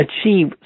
achieve